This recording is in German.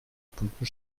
bunten